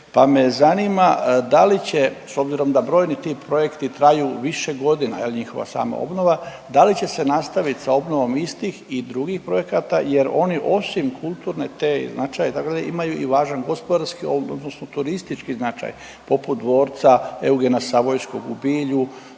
pa me zanima da li će s obzirom da brojni ti projekti traju više godina jel, njihova samoobnova, da li će se nastavit sa obnovom istih i drugih projekata jer oni osim kulturne te i značaj itd., imaju i važan gospodarski odnosno turistički značaj poput Dvorca Eugena Savojskog u Bilju,